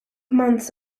months